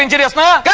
and it is not